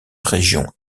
région